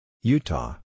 Utah